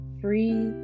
free